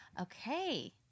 Okay